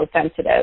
sensitive